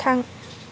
थां